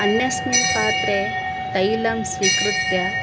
अन्यस्मिन् पात्रे तैलं स्वीकृत्य